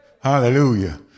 Hallelujah